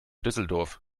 düsseldorf